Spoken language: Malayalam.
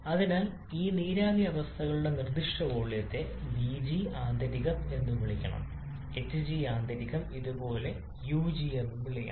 അതിനാൽ ഈ നീരാവി അവസ്ഥകളുടെ നിർദ്ദിഷ്ട വോള്യത്തെ vg ആന്തരികം എന്ന് വിളിക്കണം hg ആന്തരികം ഇതുപോലെ ug എന്ന് വിളിക്കണം